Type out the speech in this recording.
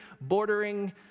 bordering